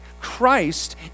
Christ